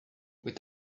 with